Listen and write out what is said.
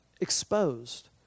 exposed